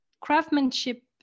craftsmanship